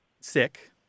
sick